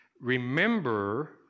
remember